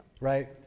Right